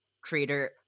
creator